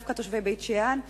דווקא תושבי בית-שאן,